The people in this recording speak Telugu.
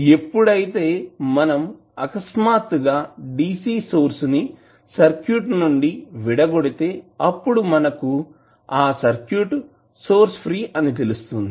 ఎప్పుడైతే మనం అకస్మాత్తుగా DC సోర్స్ ని సర్క్యూట్ నుండి విడగొడితే అప్పుడు మనకు ఆ సర్క్యూట్ సోర్స్ ఫ్రీ అని తెలుస్తుంది